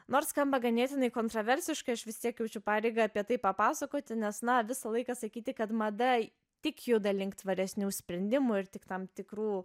nors skamba ganėtinai kontroversiškai aš vis tiek jaučiu pareigą apie tai papasakoti nes na visą laiką sakyti kad mada tik juda link tvaresnių sprendimų ir tik tam tikrų